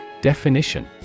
Definition